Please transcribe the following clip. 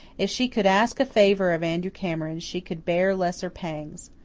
if she could ask a favour of andrew cameron, she could bear lesser pangs.